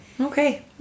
Okay